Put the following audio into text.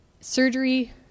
Surgery